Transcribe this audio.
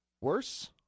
worse